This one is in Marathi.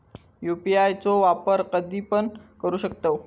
यू.पी.आय चो वापर कधीपण करू शकतव?